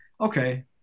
Okay